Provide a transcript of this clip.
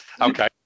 Okay